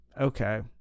Okay